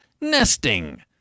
nesting